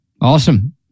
Awesome